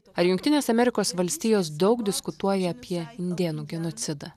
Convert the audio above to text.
ar jungtinės amerikos valstijos daug diskutuoja apie indėnų genocidą